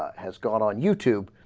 has gone on youtube